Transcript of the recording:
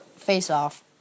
faceoff